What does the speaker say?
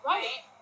Right